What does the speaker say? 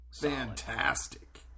Fantastic